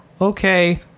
okay